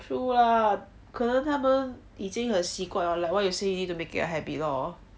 true ah 可能他们已经很习惯 like what you say need to make it a habit lor